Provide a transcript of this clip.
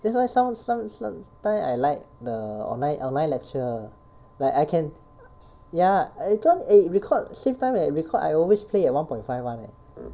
that's why some some sometime I like the online online lecture like I can ya eh rec~ record save time leh record I always play at one point five one leh